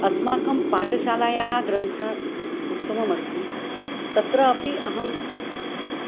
अस्माकं पाठशालायाः ग्रन्थः उत्तममस्ति तत्रापि अहं